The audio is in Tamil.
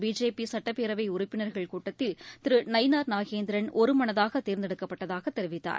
பிஜேபிசுட்டப்பேரவைஉறுப்பினர்கள் கூட்டத்தில் திருநயினார் நாகேந்திரன் ஒருமனதாகதேர்ந்தெடுக்கப்பட்டதாகதெரிவித்தார்